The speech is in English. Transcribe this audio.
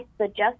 suggest